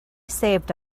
saved